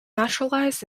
naturalized